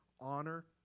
honor